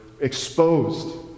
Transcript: exposed